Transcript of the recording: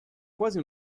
quasi